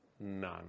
none